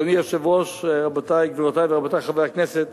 אדוני היושב-ראש, גבירותי ורבותי חברי הכנסת,